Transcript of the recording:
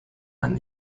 and